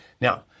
Now